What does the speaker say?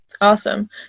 Awesome